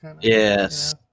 Yes